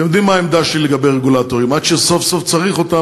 אתם יודעים מה העמדה שלי לגבי רגולטורים: עד שסוף-סוף צריך אותם,